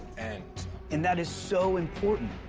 and and that is so important.